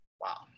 Wow